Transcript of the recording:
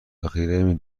ذخیره